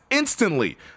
Instantly